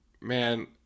man